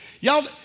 Y'all